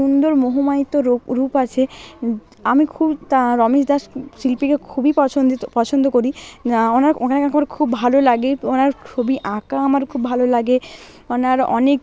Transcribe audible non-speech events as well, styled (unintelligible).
সুন্দর (unintelligible) রূপ আছে আমি খুব তার রমেশ দাস শিল্পীকে খুবই পছন্দিত পছন্দ করি না ওনার খুব ভালো লাগে ওনার ছবি আঁকা আমার খুব ভালো লাগে ওনার অনেক